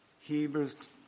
Hebrews